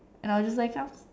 and I was just like